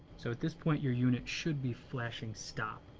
so at this point your unit should be flashing stop.